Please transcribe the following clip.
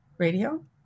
Radio